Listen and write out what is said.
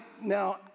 Now